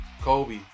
Kobe